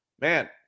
man